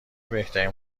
بهترین